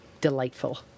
delightful